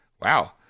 Wow